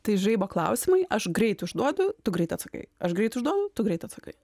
tai žaibo klausimai aš greit užduodu tu greit atsakai aš greit užduodu tu greit atsakai